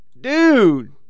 dude